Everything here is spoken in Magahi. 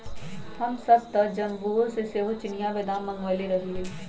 हमसभ तऽ जम्मूओ से सेहो चिनियाँ बेदाम मँगवएले रहीयइ